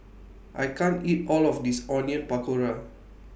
I can't eat All of This Onion Pakora